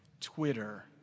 Twitter